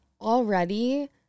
already